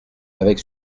avec